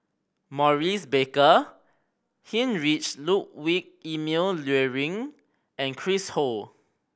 Maurice Baker Heinrich Ludwig Emil Luering and Chris Ho